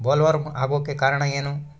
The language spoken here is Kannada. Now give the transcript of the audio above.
ಬೊಲ್ವರ್ಮ್ ಆಗೋಕೆ ಕಾರಣ ಏನು?